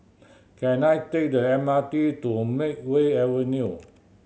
can I take the M R T to Makeway Avenue